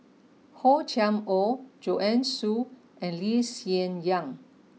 Hor Chim Or Joanne Soo and Lee Hsien Yang